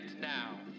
now